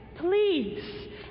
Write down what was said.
please